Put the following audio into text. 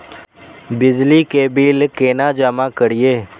बिजली के बिल केना जमा करिए?